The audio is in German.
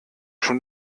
schon